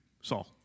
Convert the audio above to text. Saul